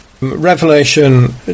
Revelation